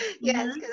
yes